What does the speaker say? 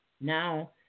Now